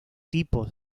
tipos